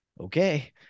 Okay